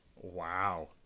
Wow